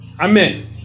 Amen